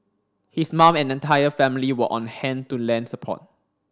his mum and entire family were on hand to lend support